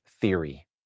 theory